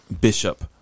bishop